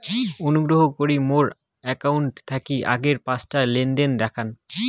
অনুগ্রহ করি মোর অ্যাকাউন্ট থাকি আগের পাঁচটা লেনদেন দেখান